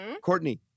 Courtney